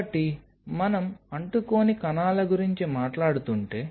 కాబట్టి మనం అంటుకోని కణాల గురించి మాట్లాడుతుంటే